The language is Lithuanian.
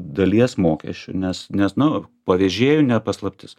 dalies mokesčių nes nes nu pavežėjų ne paslaptis